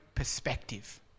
perspective